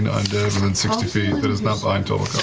and undead within sixty feet that is not behind total